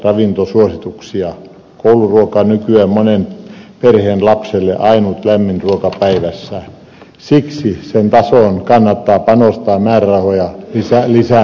kouluruoka on nykyään monen perheen lapselle ainut lämmin ruoka päivässä siksi sen tasoon kannattaa panostaa määrärahoja lisäämällä